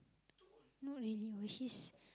not really old she's